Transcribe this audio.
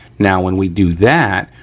now when we do that,